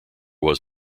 was